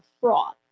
fraud